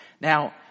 Now